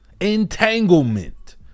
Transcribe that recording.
entanglement